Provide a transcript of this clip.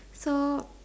so